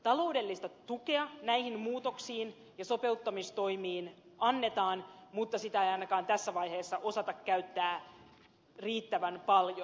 taloudellista tukea näihin muutoksiin ja sopeuttamistoimiin annetaan mutta sitä ei ainakaan tässä vaiheessa osata käyttää riittävän paljon